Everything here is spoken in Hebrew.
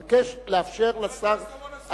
אני מבקש לאפשר לשר,